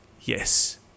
Yes